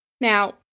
Now